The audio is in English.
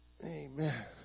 Amen